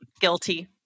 guilty